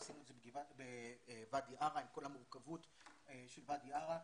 עשינו את זה בוואדי ערה עם כל המורכבות של ואדי ערה,